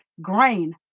grain